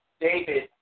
David